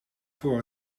voor